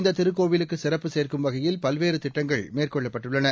இந்ததிருக்கோவிலுக்குசிறப்பு சேர்க்கும் வகையில் பல்வேறுதிட்டங்கள் மேற்கொள்ளப்பட்டுள்ளன